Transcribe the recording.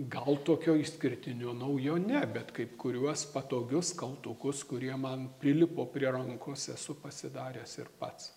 gal tokio išskirtinio naujo ne bet kaip kuriuos patogius kaltukus kurie man prilipo prie rankos esu pasidaręs ir pats